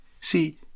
See